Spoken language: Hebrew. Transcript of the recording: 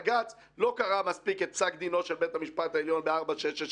בג"ץ לא קראה מספיק את פסק דינו של בית המשפט העליון ב-466/07,